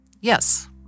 Yes